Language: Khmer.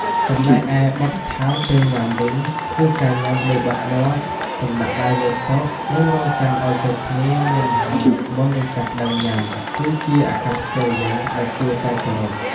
ចំណែកឯ បទដ្ឋានពេលញ៉ាំវិញ គឺការញុំាដោយបិទមាត់ កុំដាក់ដៃលើតុ និងរង់ចាំឲ្យគ្រប់គ្នាមានម្ហូបមុននឹងចាប់ផ្តើមញុំា គឺជាអាកប្បកិរិយាដែលគួរតែគោរព។